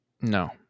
No